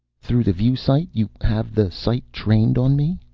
through the view sight? you have the sight trained on me?